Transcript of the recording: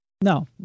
no